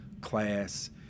class